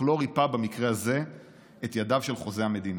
אך לא ריפה במקרה הזה את ידיו של חוזה המדינה.